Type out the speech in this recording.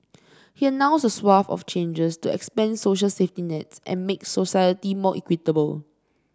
he announced a swathe of changes to expand social safety nets and make society more equitable